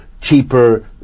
cheaper